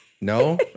No